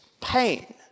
pain